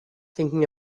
thinking